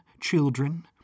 children